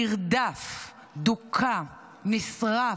נרדף, דוכא, נשרף,